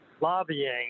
lobbying